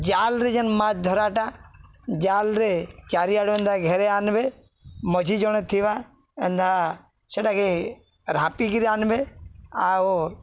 ଜାଲ୍ରେ ଯେନ୍ ମାଛ୍ ଧରାଟା ଜାଲ୍ରେ ଚାରିଆଡ଼ୁ ଏନ୍ତା ଘେରେ ଆନବେ ମଝି ଜଣେ ଥିବା ଏନ୍ତା ସେଟାକେ ରାପିକିରି ଆନବେ ଆଉ